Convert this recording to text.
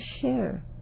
share